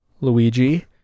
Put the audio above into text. luigi